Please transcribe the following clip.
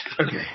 Okay